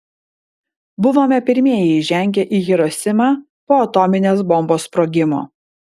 buvome pirmieji įžengę į hirosimą po atominės bombos sprogimo